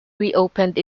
reopened